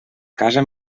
casa